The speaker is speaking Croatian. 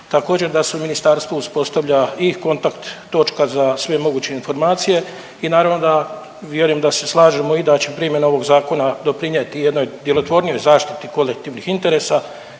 također da se u ministarstvu uspostavlja i kontakt točka za sve moguće informacije i naravno da vjerujem da se slažemo i da će primjena ovog zakona doprinijeti jednoj djelotvornijoj zaštiti kolektivnih interesa